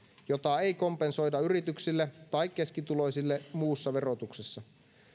jota ei kompensoida yrityksille tai keskituloisille muussa verotuksessa